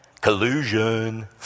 Collusion